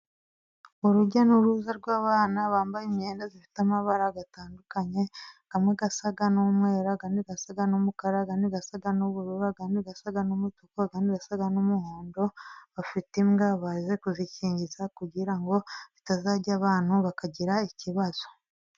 Urujya n'uruza rw'abana bambaye imyenda ifite amabara atandukanye, amwe asa n'umweru, andi asa n'umukara, andi asa n'ubururu, andi asa n'umutuku, andi asa n'umuhondo. Bafite imbwa baje kuzikingiza kugira ngo zitazarya abantu bakagira ikibazo.